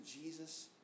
Jesus